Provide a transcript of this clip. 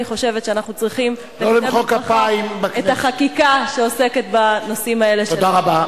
אני חושבת שאנחנו צריכים את החקיקה שעוסקת בנושאים האלה של,